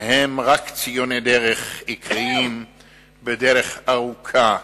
הם רק ציוני דרך עיקריים בדרך הארוכה,